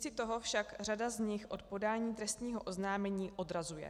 Místo toho však řada z nich od podání trestního oznámení odrazuje.